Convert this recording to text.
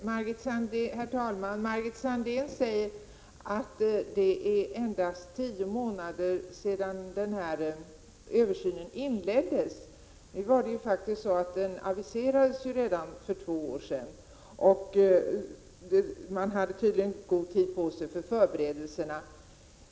Herr talman! Margit Sandéhn säger att det är endast tio månader sedan översynen inleddes. Men den aviserades ju redan för två år sedan, och man tog tydligen god tid på sig för förberedelserna.